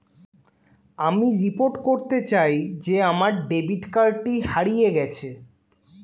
আমি রিপোর্ট করতে চাই যে আমার ডেবিট কার্ডটি হারিয়ে গেছে